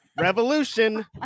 Revolution